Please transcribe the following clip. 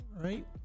right